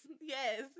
Yes